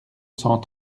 cent